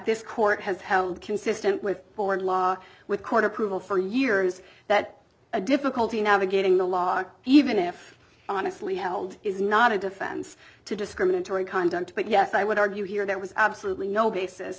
this court has held consistent with foreign law with court approval for years that a difficulty navigating the law even if honestly held is not a defense to discriminatory conduct but yes i would argue here that was absolutely no basis